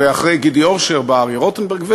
ואחרי גידי אורשר בא אריה רוטנברג,